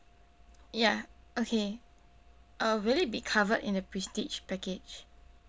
ya okay uh will it be covered in the prestige package